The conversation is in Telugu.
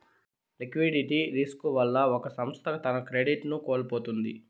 లిక్విడిటీ రిస్కు వల్ల ఒక సంస్థ తన క్రెడిట్ ను కోల్పోతుంది